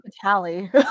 tally